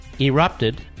erupted